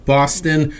Boston